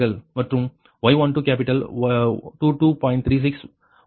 மற்றும் Y12 capital 22